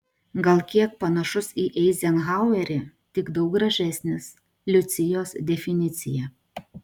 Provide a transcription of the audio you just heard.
gal kiek panašus į eizenhauerį tik daug gražesnis liucijos definicija